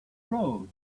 road